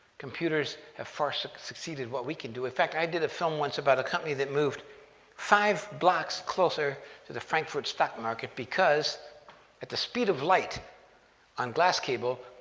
computers have far so succeeded what we can do. in fact, i did a film once about a company that moved five blocks closer to the frankfurt stock market because at the speed of light on glass cable,